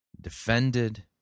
defended